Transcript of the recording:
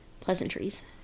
Pleasantries